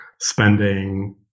spending